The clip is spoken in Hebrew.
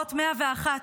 "משמרות 101"